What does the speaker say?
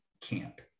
camp